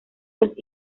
los